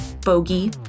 Bogey